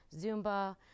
zumba